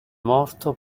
morto